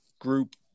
group